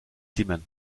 dimmen